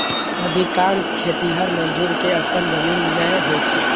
अधिकांश खेतिहर मजदूर कें अपन जमीन नै होइ छै